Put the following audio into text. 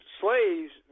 slaves